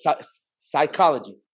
psychology